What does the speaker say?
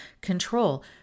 Control